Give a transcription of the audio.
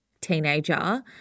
teenager